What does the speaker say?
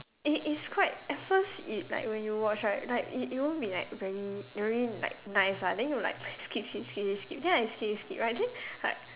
it is quite at first it like when you watch right like it it won't be very very like nice lah then you like skip skip skip skip skip then I skip skip skip right then like